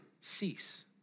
cease